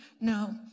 No